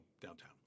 downtown